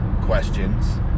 questions